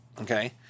okay